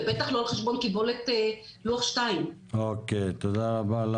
ובטח לא על חשבון קיבולת לוח 2. תודה רבה.